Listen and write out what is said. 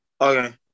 Okay